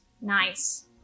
nice